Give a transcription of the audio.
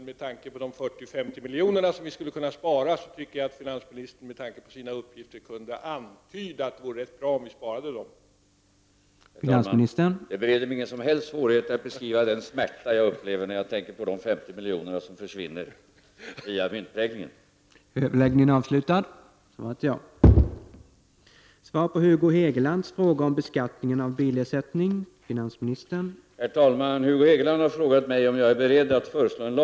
Herr talman! Jag tycker att finansministern med tanke på sina uppgifter kunde antyda att det vore bra om vi kunde spara dessa 40—50 miljoner.